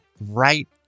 right